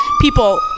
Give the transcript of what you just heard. people